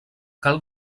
cal